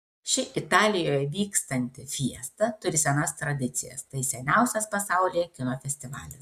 ši italijoje vykstanti fiesta turi senas tradicijas tai seniausias pasaulyje kino festivalis